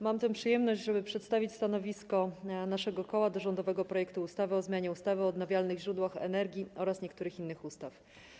Mam tę przyjemność, żeby przedstawić stanowisko naszego koła wobec rządowego projektu ustawy o zmianie ustawy o odnawialnych źródłach energii oraz niektórych innych ustaw.